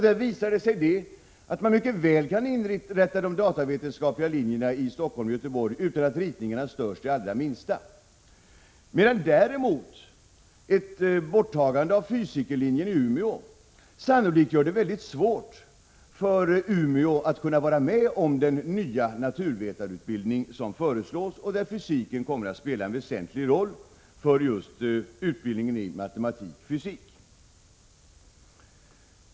Det visar sig att man mycket väl kan inrätta de datavetenskapliga linjerna i Stockholm och Göteborg utan att ritningarna störs det allra minsta, medan däremot ett borttagande av fysikerlinjen i Umeå sannolikt gör det mycket svårt för Umeå att kunna vara med om den nya naturvetarutbildning som föreslås och där fysiken kommer att spela en väsentlig roll för just utbildningen i matematik och fysik.